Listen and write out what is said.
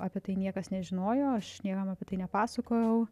apie tai niekas nežinojo aš niekam apie tai nepasakojau